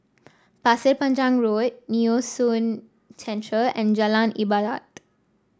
Pasir Panjang Road Nee Soon Central and Jalan Ibadat